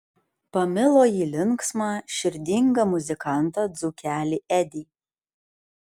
pamilo ji linksmą širdingą muzikantą dzūkelį edį